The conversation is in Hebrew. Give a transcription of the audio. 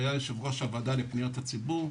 שהיה יושב-ראש הוועדה לפניות הציבור,